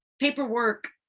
paperwork